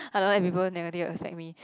I don't let people negatively affect me